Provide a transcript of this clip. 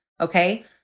Okay